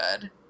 good